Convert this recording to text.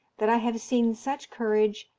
that i have seen such courage,